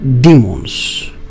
demons